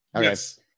Yes